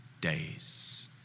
days